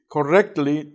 correctly